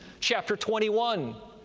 chapter twenty one,